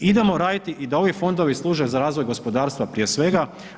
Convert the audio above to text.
Idemo raditi i da ovi fondovi služe za razvoj gospodarstva prije svega.